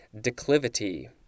declivity